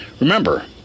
remember